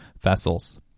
vessels